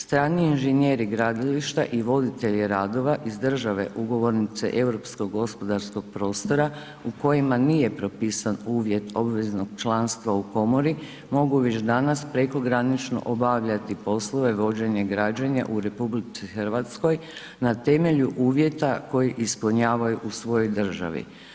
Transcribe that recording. Strani inženjeri gradilišta i voditelji radova iz države ugovornice Europskog gospodarskog prostora u kojima nije propisan uvjet obveznog članstva u komori mogu već danas prekogranično obavljati poslove vođenje građenja u RH na temelju uvjeta koje ispunjavaju u svojoj državi.